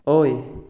ꯑꯣꯏ